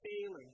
failing